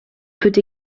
peut